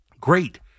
great